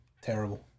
Terrible